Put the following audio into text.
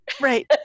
right